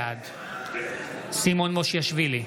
בעד סימון מושיאשוילי,